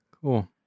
Cool